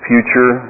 Future